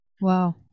wow